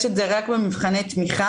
יש את זה רק במבחני תמיכה,